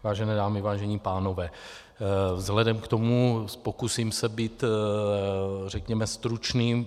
Vážené dámy, vážení pánové, vzhledem k tomu, pokusím se být řekněme stručný.